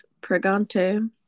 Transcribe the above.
pregante